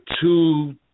two